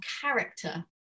character